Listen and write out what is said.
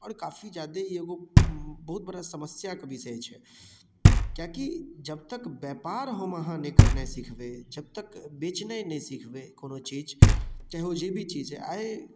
आओर काफी जादे एगो बहुत बड़ा समस्या कऽ विषय छै किएकि जब तक व्यापार हम अहाँ नहि करनाइ सिखबै जब तक बेचनाइ नहि सिखबै कोनो चीज चाहे ओ जे भी चीज हय आइ